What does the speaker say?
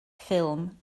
ffilm